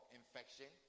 infection